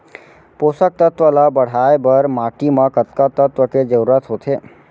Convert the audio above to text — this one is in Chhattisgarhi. पोसक तत्व ला बढ़ाये बर माटी म कतका तत्व के जरूरत होथे?